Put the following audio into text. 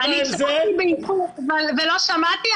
הצטרפתי באיחור ולא שמעתי,